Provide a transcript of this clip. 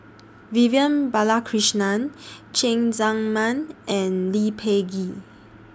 Vivian Balakrishnan Cheng Tsang Man and Lee Peh Gee